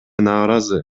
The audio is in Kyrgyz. нааразы